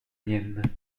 mienne